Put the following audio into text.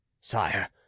sire